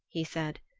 he said,